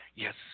Yes